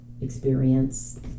experience